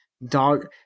Dog